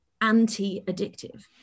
anti-addictive